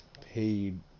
paid